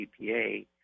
EPA